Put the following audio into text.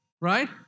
right